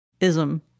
ism